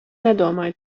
nedomāju